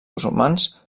musulmans